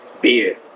beer